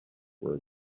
were